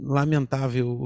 lamentável